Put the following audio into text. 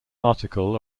article